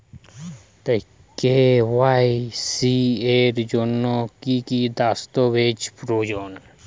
KYC এর জন্যে কি কি দস্তাবেজ প্রয়োজন?